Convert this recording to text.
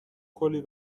کلی